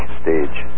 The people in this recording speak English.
stage